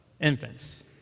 infants